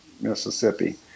Mississippi